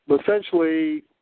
Essentially